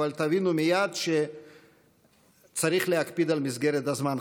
אבל תבינו מייד שצריך להקפיד על מסגרת הזמן.